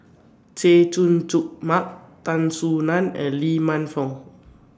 Chay Jung Jun Mark Tan Soo NAN and Lee Man Fong